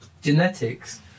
genetics